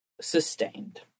sustained